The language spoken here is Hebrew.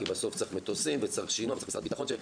כי בסוף צריכים מטוסים וצריכים שינוע וצריך את משרד הביטחון.